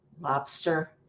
lobster